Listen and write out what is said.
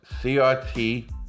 CRT